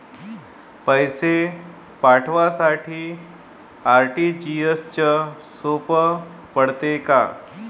पैसे पाठवासाठी आर.टी.जी.एसचं सोप पडते का?